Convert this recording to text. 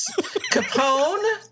Capone